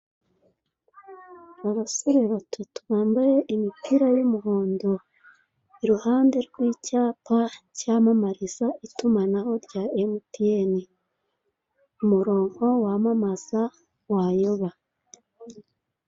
Abasore batatu bambaye imipira y'umuhondo iruhande rw'icyapa cyamamariza itumanaho rya emutiyeni umuronko wamamaza wayoba.